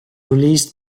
released